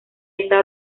está